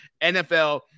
NFL